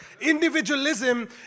Individualism